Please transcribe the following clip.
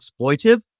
exploitive